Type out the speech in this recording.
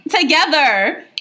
together